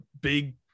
big